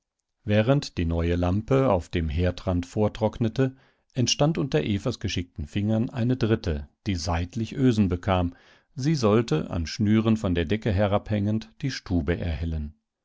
während die neue lampe auf dem herdrand vortrocknete entstand unter evas geschickten fingern eine dritte die seitlich ösen bekam sie sollte an schnüren von der decke herabhängend die stube erhellen